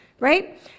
right